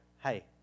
Hey